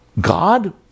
God